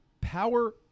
Power